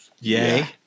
yay